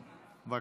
בבקשה.